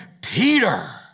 Peter